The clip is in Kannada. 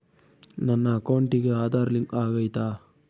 ನನ್ನ ಅಕೌಂಟಿಗೆ ಆಧಾರ್ ಲಿಂಕ್ ಆಗೈತಾ?